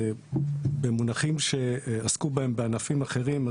במונחים שעסקו בהם בענפים אחרים,